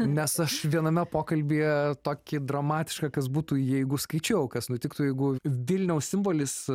nes aš viename pokalbyje tokį dramatišką kas būtų jeigu skaičiau kas nutiktų jeigu vilniaus simbolis